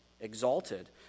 exalted